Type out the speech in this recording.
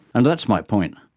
and that's my point.